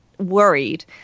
Worried